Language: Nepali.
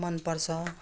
मनपर्छ